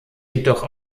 jedoch